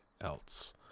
else